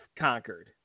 conquered